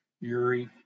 URI